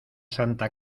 santa